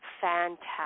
fantastic